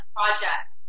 Project